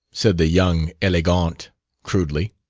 said the young elegant crudely.